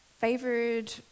favored